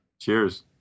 Cheers